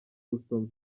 gusoma